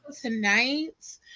Tonight